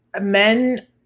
men